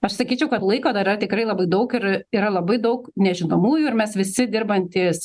aš sakyčiau kad laiko dar yra tikrai labai daug ir yra labai daug nežinomųjų ir mes visi dirbantys